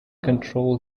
control